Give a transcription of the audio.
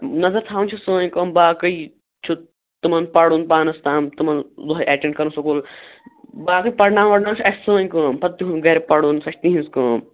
نَظر تھاوٕنۍ چھِ سٲنۍ کٲم باقٕے چھُ تِمَن پَرُن پانَس تام تِمَن دۅہے ایٹیٚنٛڈ کَرُن سکوٗل بہٕ اگر پَرٕناوَن وَرٕناوَن سۅ چھِ سٲنۍ کٲم پَتہٕ تِہُنٛد گَرِ پَرُن سۄ چھِ تِہِنٛز کٲم